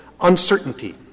uncertainty